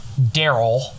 Daryl